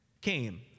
came